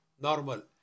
normal